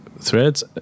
threads